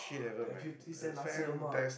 they have fifty cent Nasi-Lemak